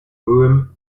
urim